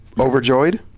Overjoyed